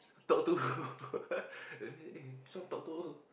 talk to who eh this one talk to who